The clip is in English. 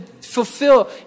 fulfill